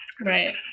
Right